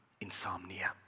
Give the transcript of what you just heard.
insomnia